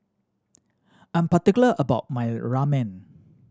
I'm particular about my Ramen